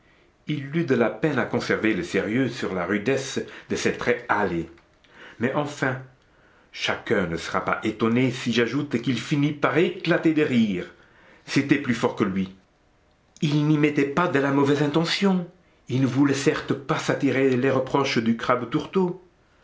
il eut de la peine à conserver le sérieux sur la rudesse de ses traits hâlés mais enfin chacun ne sera pas étonné si j'ajoute qu'il finit par éclater de rire c'était plus fort que lui il n'y mettait pas de la mauvaise intention il ne voulait certes pas s'attirer les reproches du crabe tourteau